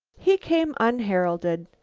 he came unheralded.